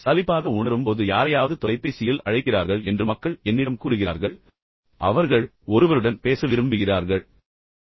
சலிப்பாகவும் போராகவும் உணரும்போது யாரையாவது தொலைபேசியில் அழைக்கிறார்கள் என்று மக்கள் என்னிடம் கூறுகிறார்கள் பின்னர் அவர்கள் ஒருவருடன் பேச விரும்புகிறார்கள் யாரும் சுற்றி இல்லை